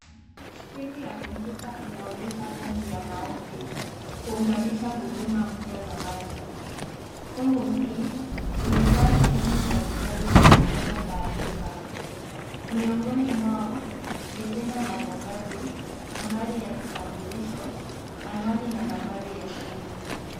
Sikrini ya kompyuta inaonyesha fomu ya maombi kuunganisha huduma mpya za maji fomu hii imejaa sehemu mbalimbali za kujaza taarifa mwingoni mwao ni jina la mwombaji ,nambari ya kitambulisho anwani na nambari ya simu.